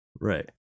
Right